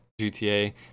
gta